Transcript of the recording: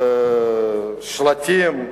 שלטים,